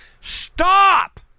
Stop